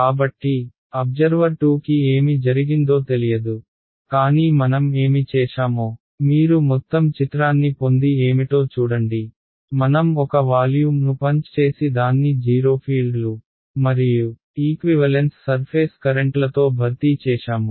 కాబట్టి అబ్జర్వర్ 2 కి ఏమి జరిగిందో తెలియదు కానీ మనం ఏమి చేశామో మీరు మొత్తం చిత్రాన్ని పొంది ఏమిటో చూడండి మనం ఒక వాల్యూమ్ను పంచ్ చేసి దాన్ని 0 ఫీల్డ్లు మరియు ఈక్వివలెన్స్ సర్ఫేస్ కరెంట్లతో భర్తీ చేశాము